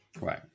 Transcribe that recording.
right